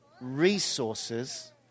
resources